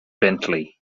bentley